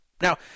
Now